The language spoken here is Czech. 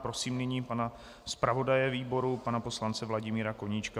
Prosím nyní pana zpravodaje výboru, pana poslance Vladimíra Koníčka.